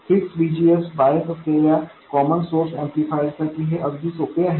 fix VGS bias असलेल्या common source amplifier साठी हे अगदी सोपे आहे